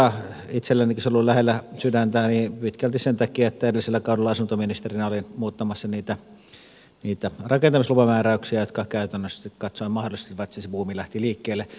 itsellänikin se on ollut lähellä sydäntä pitkälti sen takia että edellisellä kaudella asuntoministerinä olin muuttamassa niitä rakentamislupamääräyksiä jotka käytännöllisesti katsoen mahdollistivat että se buumi lähti liikkeelle